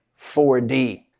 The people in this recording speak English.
4D